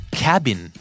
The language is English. cabin